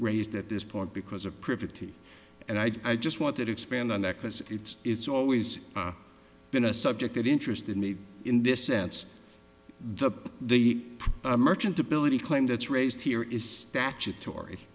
raised at this point because of privity and i just want to expand on that because it's it's always been a subject that interested me in this sense the the merchant ability claim that's raised here is statutory